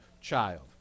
child